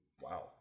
wow